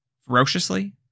ferociously